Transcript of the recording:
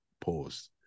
pause